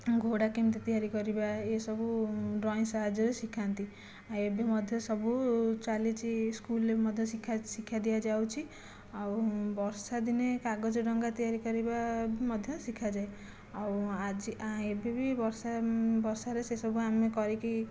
ଘୋଡ଼ା କେମିତି ତିଆରି କରିବା ଏସବୁ ଡ୍ରଇଂ ସାହାଯ୍ୟରେ ଶିଖାନ୍ତି ଆଉ ଏବେ ମଧ୍ୟ ସବୁ ଚାଲିଛି ସ୍କୁଲ୍ରେ ମଧ୍ୟ ଶିଖା ଶିକ୍ଷା ଦିଆଯାଉଛି ଆଉ ବର୍ଷାଦିନେ କାଗଜ ଡଙ୍ଗା ତିଆରି କରିବା ମଧ୍ୟ ଶିଖାଯାଏ ଆଉ ଆଜି ଏବେବି ବର୍ଷା ବର୍ଷାରେ ସେସବୁ ଆମେ କରିକି